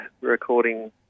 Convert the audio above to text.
recording